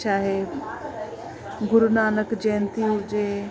चाहे गुरुनानक जयंती हुजे